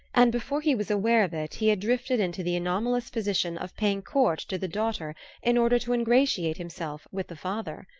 and before he was aware of it he had drifted into the anomalous position of paying court to the daughter in order to ingratiate himself with the father.